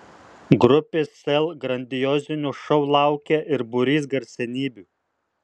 grupės sel grandiozinio šou laukia ir būrys garsenybių